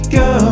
go